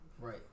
Right